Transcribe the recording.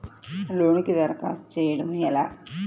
లోనుకి దరఖాస్తు చేయడము ఎలా?